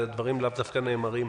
והדברים לאו דווקא נאמרים